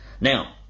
Now